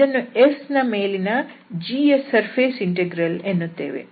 ಇದನ್ನು S ನ ಮೇಲಿನ g ಯ ಸರ್ಫೇಸ್ ಇಂಟೆಗ್ರಲ್ ಎನ್ನುತ್ತೇವೆ